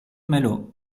malo